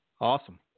Awesome